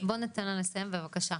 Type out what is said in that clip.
בואו נתן לה לסיים, בבקשה.